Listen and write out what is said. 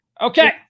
Okay